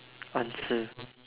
answer